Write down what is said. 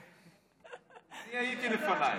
אני הייתי לפנייך.